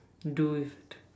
do with